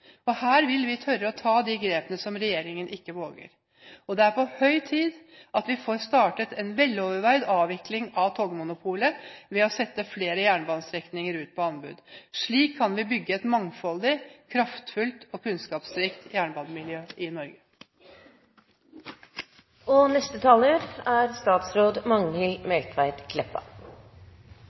Her vil vi tørre å ta de grepene som regjeringen ikke våger å ta. Det er på høy tid at vi får startet en veloverveid avvikling av togmonopolet ved å sette flere jernbanestrekninger ut på anbud. Slik kan vi bygge et mangfoldig, kraftfullt og kunnskapsrikt jernbanemiljø i